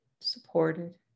supported